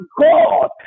God